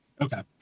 Okay